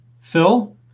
Phil